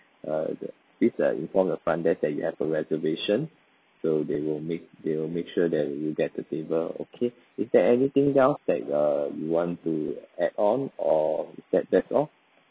uh the please uh inform your front desk that you have a reservation so they will make they'll make sure that you get the table okay is there anything else that you're you want to add on or is that that's all